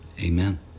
Amen